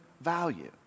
value